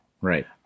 Right